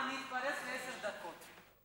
הצעת חוק העסקת עובדים על ידי קבלני כוח אדם (תיקון,